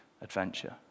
adventure